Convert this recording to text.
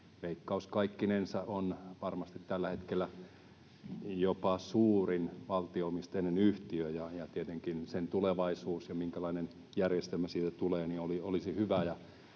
Veikkaus kaikkinensa on varmasti tällä hetkellä jopa suurin valtio-omisteinen yhtiö, ja tietenkin sen tulevaisuudesta ja siitä, minkälainen järjestelmä siitä tulee, olisi hyvä